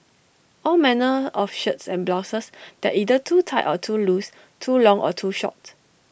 all manner of shirts and blouses that either too tight or too loose too long or too short